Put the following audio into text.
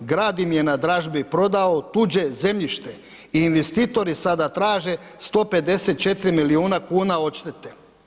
Grad im je na dražbi prodao tuđe zemljište i investitori sada traže 154 milijuna kuna odštete.